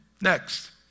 Next